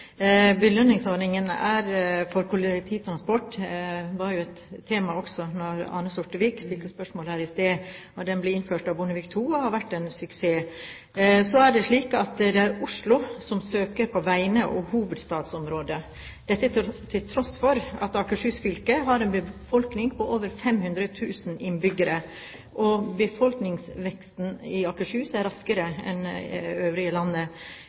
for kollektivtransport var et tema også da Arne Sortevik stilte spørsmål her i stad. Den ble innført av Bondevik II-regjeringen, og har vært en suksess. Så er det slik at det er Oslo som søker på vegne av hovedstadsområdet, dette til tross for at Akershus fylke har en befolkning på over 500 000 innbyggere. Befolkningsveksten i Akershus øker raskere enn i landet